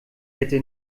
hätte